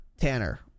Tanner